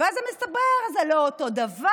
ואז הוא מספר: זה לא אותו דבר,